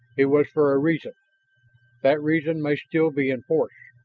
it was for a reason that reason may still be in force.